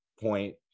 point